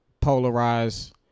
Polarized